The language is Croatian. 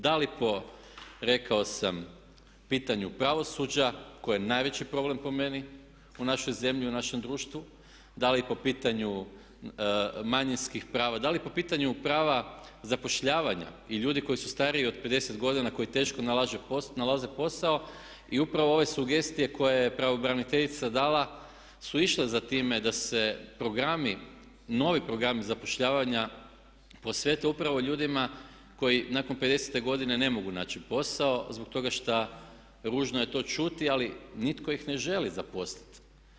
Da li po rekao sam pitanju pravosuđa koje je najveći problem po meni u našoj zemlji i u našem društvu, da li po pitanju manjinskih prava, da li po pitanju prava zapošljavanja i ljudi koji su stariji od 50 godina koji teško nalaze posao i upravo ove sugestije koje je pravobraniteljica dala su išle za time da se programi, novi programi zapošljavanja posvete upravo ljudima koji nakon pedesete godine ne mogu naći posao zbog toga što ružno je to čuti ali nitko ih ne želi zaposliti.